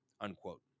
unquote